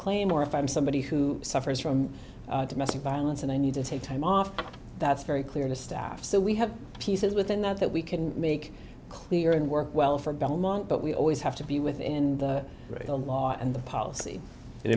claim or if i'm somebody who suffers from domestic violence and i need to take time off that's very clear to staff so we have pieces within that that we can make clear and work well for belmont but we always have to be within the law and the policy and